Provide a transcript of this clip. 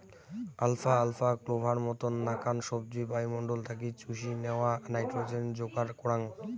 alpha আলফা, clover মতন নাকান সবজি বায়ুমণ্ডল থাকি চুষি ন্যাওয়া নাইট্রোজেন যোগার করাঙ